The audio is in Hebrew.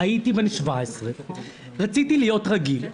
הייתי בן 17. רציתי להיות רגיל,